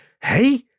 hey